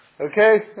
Okay